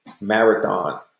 marathon